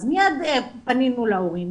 אז מיד פנינו להורים,